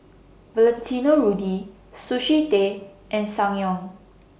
Valentino Rudy Sushi Tei and Ssangyong